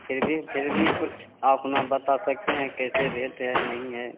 फिर भी फिर भी कुछ अपना बता सकते हैं कैसे रेट है नहीं है